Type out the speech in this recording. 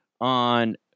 on